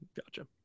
Gotcha